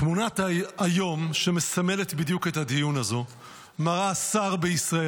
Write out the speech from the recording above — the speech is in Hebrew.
תמונת היום שמסמלת בדיוק את הדיון הזה מראה שר בישראל,